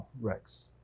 Rex